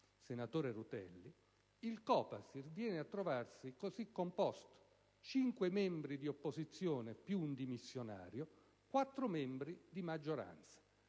senatore Rutelli, il Copasir viene a trovarsi così composto: cinque membri di opposizione più un dimissionario, quattro membri di maggioranza.